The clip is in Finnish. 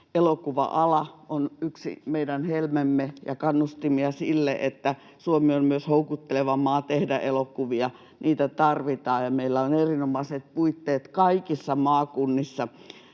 elokuva-ala on yksi meidän helmemme, ja kannustimia sille, että Suomi on myös houkutteleva maa tehdä elokuvia, tarvitaan, ja meillä on erinomaiset puitteet kaikissa maakunnissa.